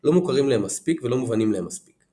לא מוכרים להם מספיק ולא מובנים להם מספיק.